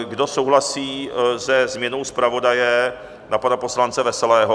Kdo souhlasí se změnou zpravodaje na pana poslance Veselého?